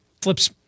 flips